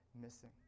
missing